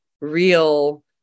real